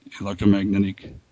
electromagnetic